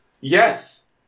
Yes